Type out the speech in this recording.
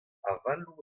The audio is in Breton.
avaloù